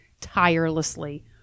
tirelessly